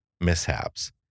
mishaps